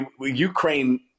Ukraine